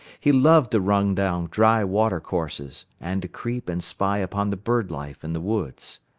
he loved to run down dry watercourses, and to creep and spy upon the bird life in the woods.